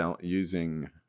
using